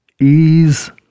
ease